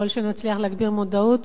ככל שנצליח להגביר מודעות,